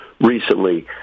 recently